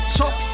top